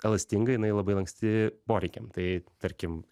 elastinga jinai labai lanksti poreikiam tai tarkim